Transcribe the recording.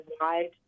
wide